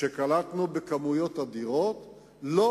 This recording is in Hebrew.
כשקלטנו עולים במספרים אדירים,